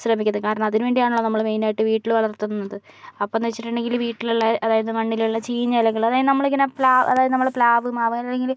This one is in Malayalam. ശ്രമിക്കുന്നത് കാരണം അതിനു വേണ്ടി ആണല്ലോ നമ്മള് മെയിനായിട്ടും വീട്ടിൽ വളർത്തുന്നത് അപ്പോൾ എന്ന് വെച്ചിട്ടുണ്ടെങ്കിൽ വീട്ടിലുള്ള അതായത് മണ്ണിലുള്ള ചീഞ്ഞ ഇലകൾ അതായത് ഇങ്ങനെ പ്ലാവ് അതായത് നമ്മൾ പ്ലാവ് മാവ് അല്ലെങ്കിൽ